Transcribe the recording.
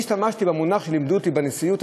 אני השתמשתי במונח שלימדו אותי בנשיאות,